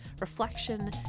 reflection